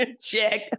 Check